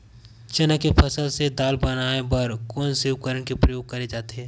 चना के फसल से दाल बनाये बर कोन से उपकरण के उपयोग करे जाथे?